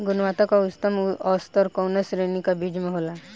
गुणवत्ता क उच्चतम स्तर कउना श्रेणी क बीज मे होला?